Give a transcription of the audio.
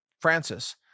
Francis